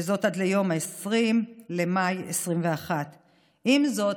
וזאת עד ליום 20 במאי 2021. עם זאת,